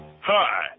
Hi